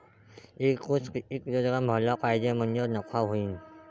एक उस किती किलोग्रॅम भरला पाहिजे म्हणजे नफा होईन?